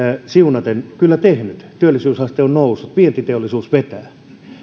siunaten kyllä tehnyt työllisyysaste on noussut vientiteollisuus vetää